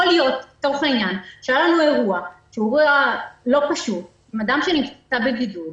יכול להיות שהיה לנו אירוע לא פשוט עם אדם שנמצא בבידוד,